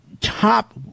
top